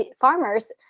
farmers